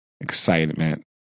Excitement